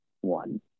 one